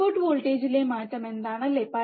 output വോൾട്ടേജിലെ മാറ്റം എന്താണ് അല്ലേ